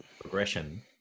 progression